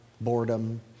boredom